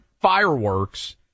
fireworks